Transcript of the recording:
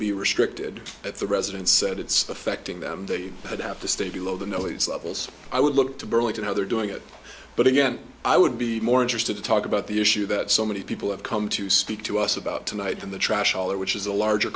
be restricted at the residence said it's affecting them they would have to stay below the no it's levels i would look to burlington how they're doing it but again i would be more interested to talk about the issue that so many people have come to speak to us about tonight in the trash hauler which is a larger